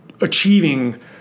achieving